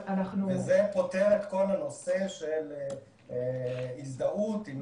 וזה פותר את כל הנושא של הזדהות עם תעודת זהות.